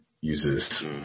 uses